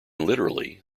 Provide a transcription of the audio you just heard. literally